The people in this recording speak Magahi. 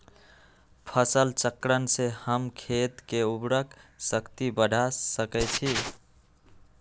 फसल चक्रण से हम खेत के उर्वरक शक्ति बढ़ा सकैछि?